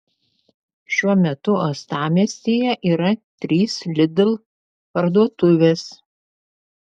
šiuo metu uostamiestyje yra trys lidl parduotuvės